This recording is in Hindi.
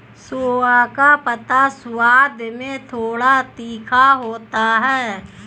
सोआ का पत्ता स्वाद में थोड़ा तीखा होता है